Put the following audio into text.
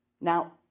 Now